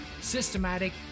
systematic